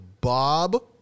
Bob